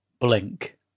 blink